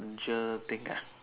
venture thing ah